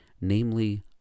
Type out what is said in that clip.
namely